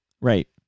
Right